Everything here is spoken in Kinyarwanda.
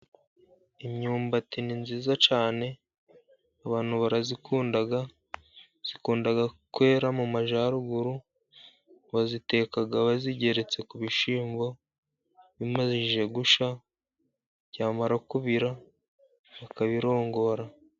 Imyumbati ni myiza cyane, abantu barayikunda, ikundaga kwera mu majaruguru, bayiteka bayigeretse ku bishyimbo bimaze gushya, byamara kubira bakabirongora.